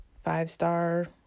five-star